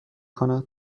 کند